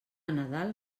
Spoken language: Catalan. nadal